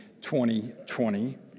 2020